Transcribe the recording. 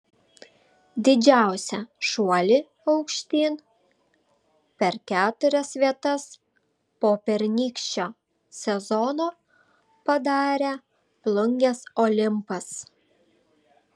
didžiausią šuolį aukštyn per keturias vietas po pernykščio sezono padarė plungės olimpas